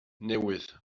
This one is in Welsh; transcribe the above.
newydd